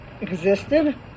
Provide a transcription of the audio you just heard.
existed